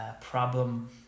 problem